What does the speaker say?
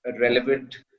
relevant